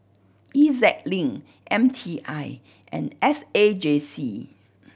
E Z Link M T I and S A J C